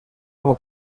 como